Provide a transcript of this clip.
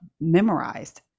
memorized